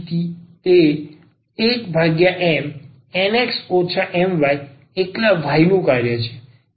આ સ્થિતિ તે 1MNx My એકલા y નું કાર્ય છે